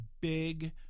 big